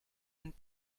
and